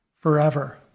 forever